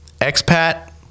expat